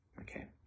Okay